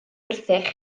wrthych